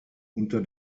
unter